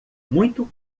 muito